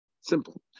Simple